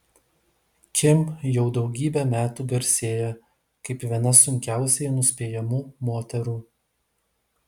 kim jau daugybę metų garsėja kaip viena sunkiausiai nuspėjamų moterų